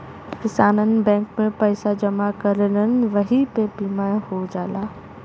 किसानन बैंक में पइसा जमा करलन वही पे बीमा हो जाला